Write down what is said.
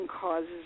causes